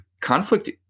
conflict